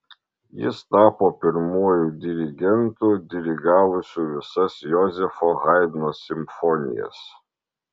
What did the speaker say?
jis tapo pirmuoju dirigentu dirigavusiu visas jozefo haidno simfonijas